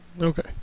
Okay